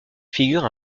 figure